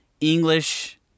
English